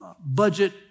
budget